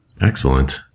Excellent